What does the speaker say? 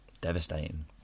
devastating